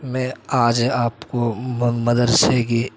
میں آج آپ کو مدرسے کی